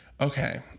Okay